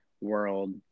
world